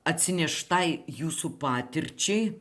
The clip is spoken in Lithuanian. atsineštai jūsų patirčiai